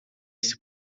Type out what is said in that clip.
esse